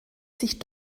sich